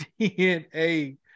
DNA